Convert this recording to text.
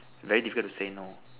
very difficult to say no